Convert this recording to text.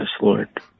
Lord